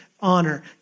honor